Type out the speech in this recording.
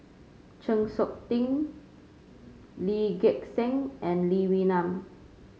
Chng Seok Tin Lee Gek Seng and Lee Wee Nam